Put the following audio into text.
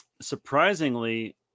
surprisingly